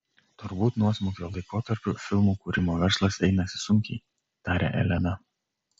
turbūt nuosmukio laikotarpiu filmų kūrimo verslas einasi sunkiai taria elena